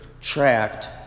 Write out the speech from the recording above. tracked